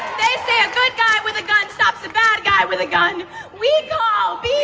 they say a good guy with a gun stops a bad guy with a gun we call bs